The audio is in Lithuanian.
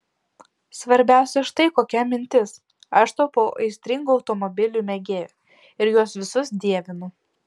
svarbiausia štai kokia mintis aš tapau aistringu automobilių mėgėju ir juos visus dievinu